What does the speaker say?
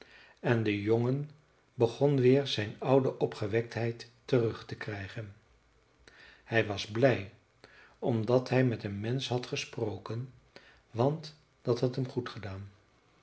en de jongen begon weer zijn oude opgewektheid terug te krijgen hij was blij omdat hij met een mensch had gesproken want dat had hem goed gedaan